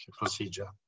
procedure